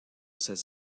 ses